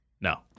No